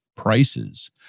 Prices